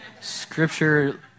Scripture